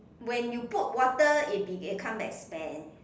when you put water it become expand